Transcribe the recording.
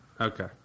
Okay